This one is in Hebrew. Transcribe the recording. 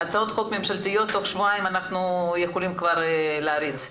הצעות חוק ממשלתיות אנחנו יכולים להריץ בתוך שבועיים.